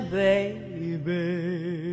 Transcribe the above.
baby